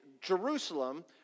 Jerusalem